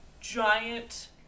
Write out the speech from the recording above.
giant